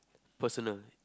personal